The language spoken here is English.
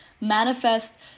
manifest